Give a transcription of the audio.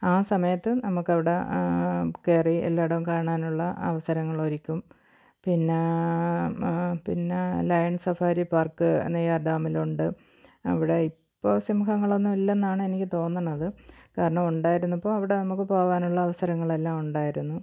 ആ സമയത്തു നമുക്കവിടെ കയറി എല്ലായിടവും കാണാനുള്ള അവസരങ്ങള് ഒരുക്കും പിന്നെ പിന്നെ ലയണ് സഫാരി പാര്ക്ക് നെയ്യാർ ഡാമിൽ ഉണ്ട് അവിടെ ഇപ്പോൾ സിംഹങ്ങളൊന്നും ഇല്ലെന്നാണ് എനിക്കു തോന്നണത് കാരണം ഉണ്ടായിരുന്നപ്പോൾ അവിടെ നമുക്ക് പോകാനുള്ള അവസരങ്ങളെല്ലാം ഉണ്ടായിരുന്നു